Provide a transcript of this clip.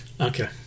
Okay